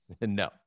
No